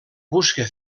busca